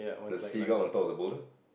the seagull on top of the boulder